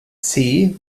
sind